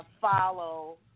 follow